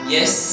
Yes